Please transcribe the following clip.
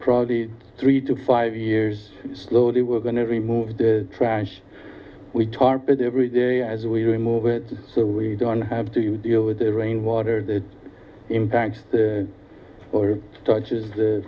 probably three to five years slowly we're going to remove the trash we tarp it every day as we remove it so we don't have to deal with the rainwater that impacts or touches the